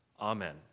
Amen